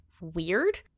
weird